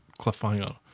cliffhanger